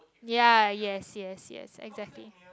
ya yes yes yes exactly